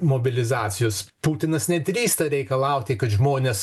mobilizacijos putinas nedrįsta reikalauti kad žmonės